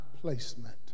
placement